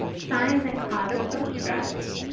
signs and causes of stress,